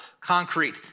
concrete